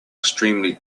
extremely